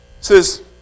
says